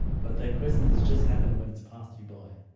but that presence has just happened when it's passed you by